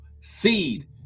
seed